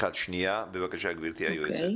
בבקשה, גברתי היועצת.